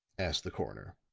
asked the coroner.